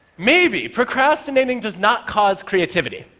maybe procrastinating does not cause creativity.